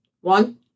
one